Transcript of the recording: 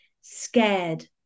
scared